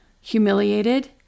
Humiliated